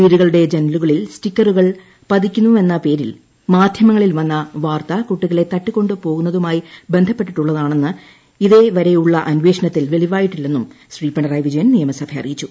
വീടുകളുടെ ജനലുകളിൽ സ്റ്റിക്കറുകൾ പതിക്കുന്നുവെന്ന പേരിൽ മാധ്യമങ്ങളിൽ വന്ന വാർത്ത കുട്ടികളെ തട്ടിക്കൊണ്ട് പോകുന്നതുമായി ബന്ധപ്പെട്ടിട്ടുളളതാണെന്ന് ഇതേവരെയുളള അന്വേഷണത്തിൽ വെളിവായിട്ടില്ല എന്നും ശ്രീ പിണറായി വിജയൻ നിയമസഭയെ അറിയിച്ചു